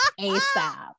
ASAP